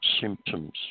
symptoms